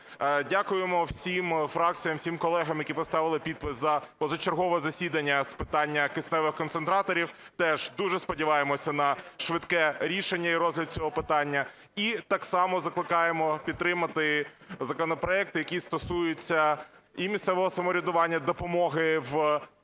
Дякуємо всім фракціям, всім колегам, які поставили підпис за позачергове засідання з питань кисневих концентраторів. Теж дуже сподіваємося на швидке рішення і розгляд цього питання і так само закликаємо підтримати законопроекти, які стосуються і місцевого самоврядування, допомоги в питанні